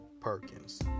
perkins